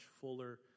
fuller